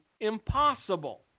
impossible